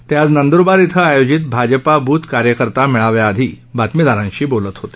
ते आज नंदुरबार क्वे आयोजित भाजपा बूथ कार्यकर्ता मेळाव्याआधी बातमीदारांशी बोलत होते